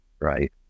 right